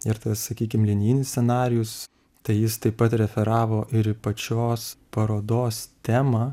ir tas sakykim linijinis scenarijus tai jis taip pat referavo ir į pačios parodos temą